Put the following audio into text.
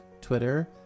Twitter